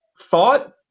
thought